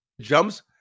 jumps